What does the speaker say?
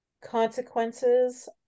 consequences